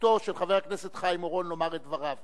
זכותו של חבר הכנסת חיים אורון לומר את דבריו.